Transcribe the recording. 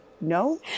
no